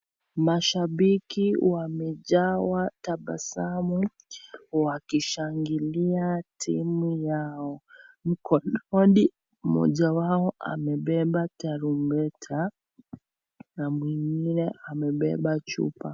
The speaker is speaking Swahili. Mashabiki wamejawa tabasamu wakishangilia timu yao, mkononi mmoja wao amebeba tarumbeta na mwingine amebeba chupa.